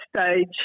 stage